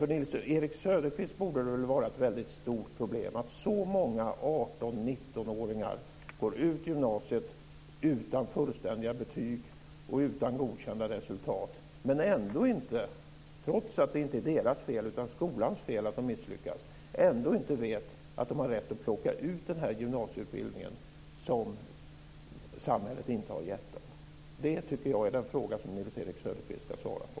För Nils-Erik Söderqvist borde det väl vara ett väldigt stort problem att så många 18 och 19-åringar går ut gymnasiet utan fullständiga betyg och utan godkända resultat men ändå inte vet, trots att det inte är deras fel utan skolans fel att de misslyckas, att de har rätt att plocka ut den här gymnasieutbildningen, som samhället inte har gett dem. Det tycker jag är den fråga som Nils-Erik Söderqvist ska svara på.